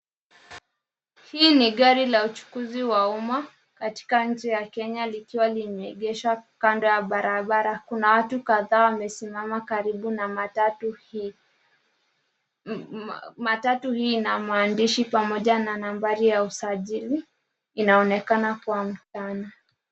Hii ni gari la uchukuzi wa uma katika nchi ya Kenya likiwa limeegeshwa kando ya barabara. Kuna watu kadhaa wamesimama karibu na matatu hii. Matatu hii ina maandishi pamoja na nambari ya usajili inaonekana kuwa pana.